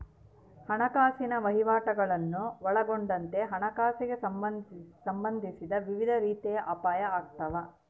ಹಣಕಾಸಿನ ವಹಿವಾಟುಗುಳ್ನ ಒಳಗೊಂಡಂತೆ ಹಣಕಾಸಿಗೆ ಸಂಬಂಧಿಸಿದ ವಿವಿಧ ರೀತಿಯ ಅಪಾಯ ಆಗ್ತಾವ